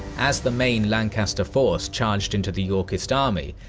as the main lancaster force charged into the yorkist army,